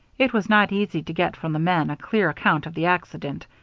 it was not easy to get from the men a clear account of the accident.